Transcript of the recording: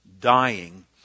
dying